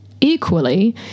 Equally